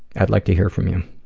i'd like to hear from you.